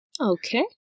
Okay